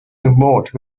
remote